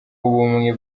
w’ubumwe